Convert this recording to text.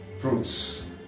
fruits